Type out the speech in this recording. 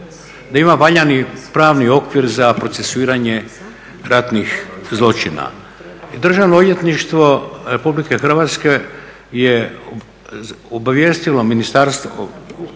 da ima valjani pravni okvir za procesuiranje ratnih zločina. I Državno odvjetništvo Republike Hrvatske je obavijestilo Ministarstvo